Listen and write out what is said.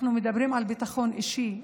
אנחנו מדברים על ביטחון אישי,